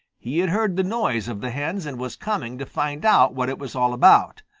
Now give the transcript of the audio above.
he had heard the noise of the hens and was coming to find out what it was all about.